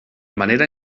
manera